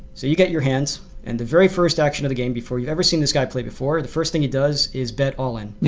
so you get your hands and the very first action of the game before you ever seen this guy play before, the first thing he does is bet all in.